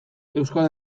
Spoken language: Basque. euskal